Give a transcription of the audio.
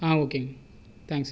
ஒகேங்க thanks